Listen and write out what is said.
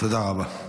תודה רבה.